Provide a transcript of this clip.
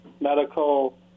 medical